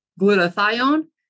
glutathione